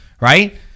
right